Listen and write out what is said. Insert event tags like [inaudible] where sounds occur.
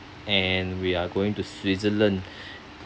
and we are going to switzerland [breath]